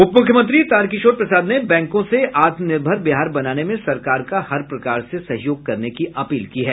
उप मुख्यमंत्री तारकिशोर प्रसाद ने बैंकों से आत्मनिर्भर बिहार बनाने में सरकार का हर प्रकार से सहयोग करने की अपील की है